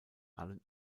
allen